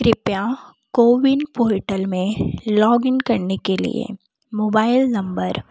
कृपया कोविन पोर्टल में लॉगिन करने के लिए मोबाइल नम्बर